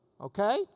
okay